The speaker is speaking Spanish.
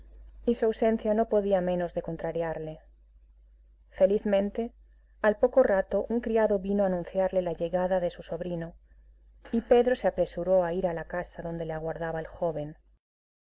y su ausencia no podía menos de contrariarle felizmente al poco rato un criado vino a anunciarle la llegada de su sobrino y pedro se apresuró a ir a la casa donde le aguardaba el joven